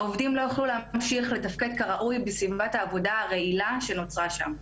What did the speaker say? העובדים לא יוכלו להמשיך לתפקד כראוי בסביבת העבודה הרעילה שנוצרה שם.